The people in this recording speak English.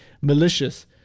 malicious